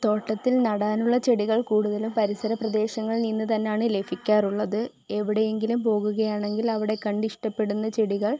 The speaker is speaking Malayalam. തോട്ടത്തിൽ നടാനുള്ള ചെടികൾ കൂടുതലും പരിസര പ്രദേശങ്ങളിൽ നിന്നു തന്നെയാണ് ലഭിക്കാറുള്ളത് എവിടെ എങ്കിലും പോകുകയാണെങ്കിൽ അവിടെ കണ്ട് ഇഷ്ടപ്പെടുന്ന ചെടികൾ